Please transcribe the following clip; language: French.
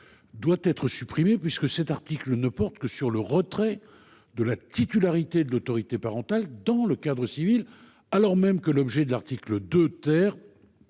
doit être supprimée, car cet article ne porte que sur le retrait de la titularité de l'autorité parentale dans le cadre civil, alors même que l'objet de l'article 2 en